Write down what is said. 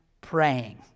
praying